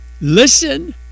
Listen